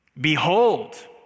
Behold